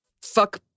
fuck